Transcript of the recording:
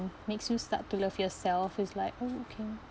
makes you start to love yourself is like okay